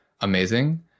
amazing